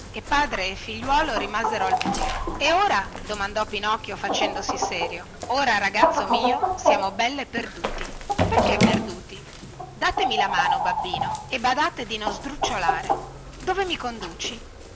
e padre e figliuolo rimasero al buio e ora domandò pinocchio facendosi serio ora ragazzo mio siamo belle perduti perché perduti datemi la mano babbino e badate di non sdrucciolare dove mi conduci